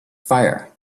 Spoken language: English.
fire